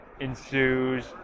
ensues